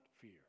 fear